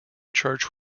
church